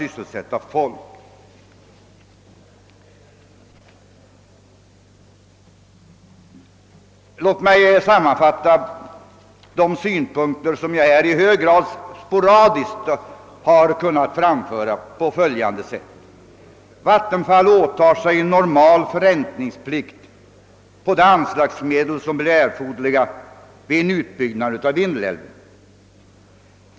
Låt mig på följande sätt sammanfatta de synpunkter som jag här endast kunnat framföra i hög grad sporadiskt. Vattenfall åtar sig normal förräntningsplikt beträffande de anslagsmedel som blir erforderliga vid en utbyggnad av Vindelälven.